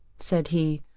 said he,